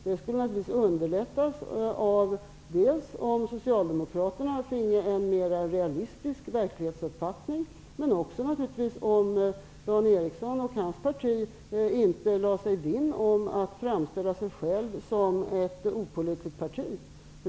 Det skulle naturligtvis underlättas av om Socialdemokraterna finge en mer realistisk verklighetsuppfattning men naturligtvis också om Dan Eriksson och hans partikamrater inte skulle lägga sig vinn om att framställa sitt parti som ett opolitiskt parti.